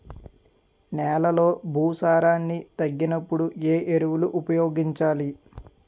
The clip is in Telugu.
నెలలో భూసారాన్ని తగ్గినప్పుడు, ఏ ఎరువులు ఉపయోగించాలి?